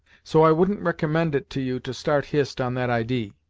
so i wouldn't ricommend it to you to start hist on that idee.